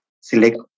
Select